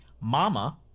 Mama